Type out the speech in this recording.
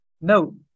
No